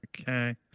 okay